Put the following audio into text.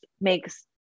makes